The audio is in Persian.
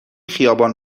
خیابان